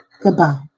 Goodbye